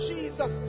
Jesus